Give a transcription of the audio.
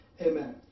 amen